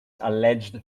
alleged